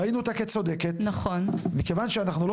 ראינו את הפנייה כצודקת ומכיוון שאנחנו לא